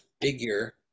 figure